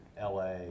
LA